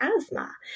asthma